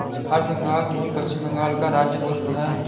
हरसिंगार फूल पश्चिम बंगाल का राज्य पुष्प है